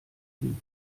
wind